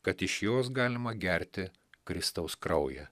kad iš jos galima gerti kristaus kraują